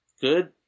Good